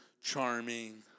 charming